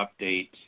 update